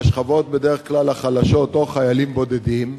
בדרך כלל מהשכבות החלשות, או חיילים בודדים,